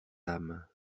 âmes